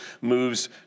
moves